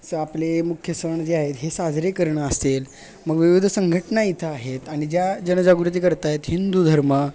आपले मुख्य सण जे आहेत हे साजरे करणं असेल मग विविध संघटना इथं आहेत आणि ज्या जनजागृती करत आहेत हिंदू धर्म